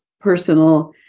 personal